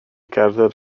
gerdded